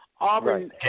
Auburn